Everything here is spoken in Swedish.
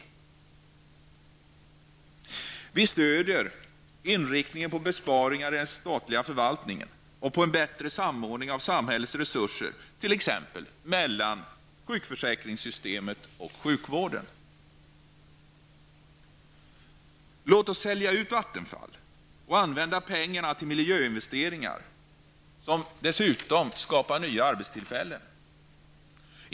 Vi stöder inriktningen på besparingar i den statliga förvaltningen och på en bättre samordning av samhällets resurser, t.ex. mellan sjukförsäkringssystemet och sjukvården. Låt oss sälja ut Vattenfall och använda pengarna till miljöinvesteringar, något som dessutom skapar nya arbetstillfällen.